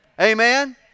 Amen